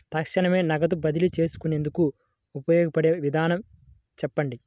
తక్షణమే నగదు బదిలీ చేసుకునేందుకు ఉపయోగపడే విధానము చెప్పండి?